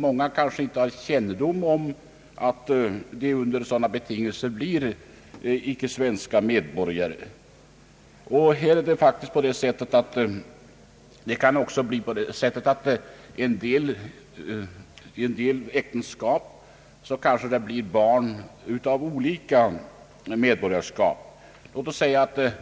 Många kanske inte har kännedom om att barnen under sådana betingelser inte blir svenska medborgare. I en del äktenskap kanske det blir barn med olika medborgarskap. Låt oss säga att det